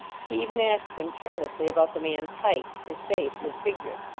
he even asked him carelessly about the man's height, his face, his figure,